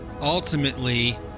ultimately